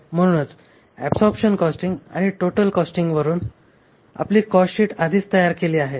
म्हणूनच absorption costing आणि total कॉस्टिंगवरून आपली कॉस्टशीट आधीच तयार केली आहे